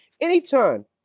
Anytime